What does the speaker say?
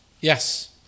Yes